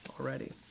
already